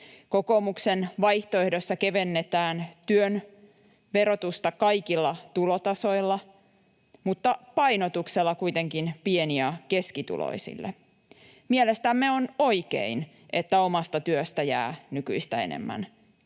Kokoomuksen vaihtoehdossa kevennetään työn verotusta kaikilla tulotasoilla, mutta painotuksella kuitenkin pieni- ja keskituloisille. Mielestämme on oikein, että omasta työstä jää nykyistä enemmän